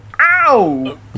ow